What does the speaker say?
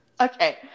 Okay